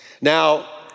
Now